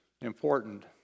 important